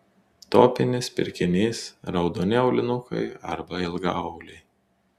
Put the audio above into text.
topinis pirkinys raudoni aulinukai arba ilgaauliai